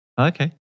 Okay